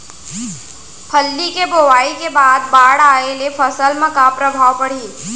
फल्ली के बोआई के बाद बाढ़ आये ले फसल मा का प्रभाव पड़ही?